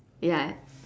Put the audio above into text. ya